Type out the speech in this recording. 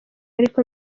ariko